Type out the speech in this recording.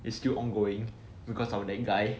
is still ongoing because of that guy